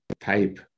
type